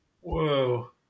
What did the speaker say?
Whoa